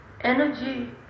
energy